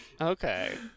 Okay